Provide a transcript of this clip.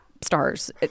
stars